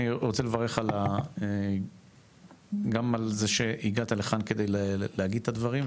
אני רוצה לברך גם על זה שהגעת לכאן כדי להגיד את הדברים,